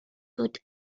good